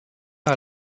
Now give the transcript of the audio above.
par